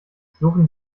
suchen